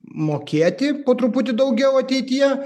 mokėti po truputį daugiau ateityje